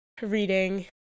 reading